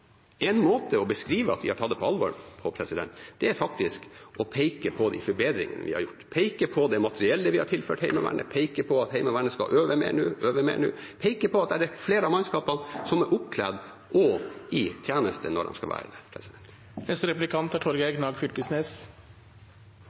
En måte å beskrive hvordan vi har tatt det på alvor, er å peke på de forbedringene vi har gjort, peke på det materiellet vi har tilført Heimevernet, peke på at Heimevernet skal øve mer nå, peke på at det er flere av mannskapene som er oppkledd og i tjeneste når de skal være det.